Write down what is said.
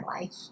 life